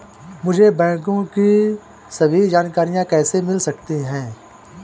मुझे बैंकों की सभी जानकारियाँ कैसे मिल सकती हैं?